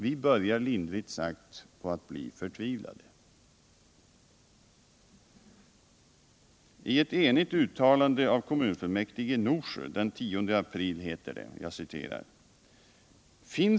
Vi börjar lindrigt sagt att bli förtvivlade.